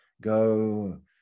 go